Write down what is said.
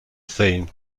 fame